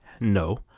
no